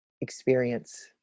experience